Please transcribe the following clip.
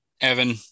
Evan